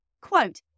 quote